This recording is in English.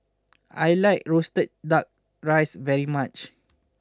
I like Roasted Duck Rice very much